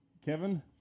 kevin